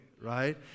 right